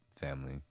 family